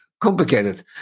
complicated